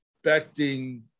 expecting